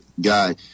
guy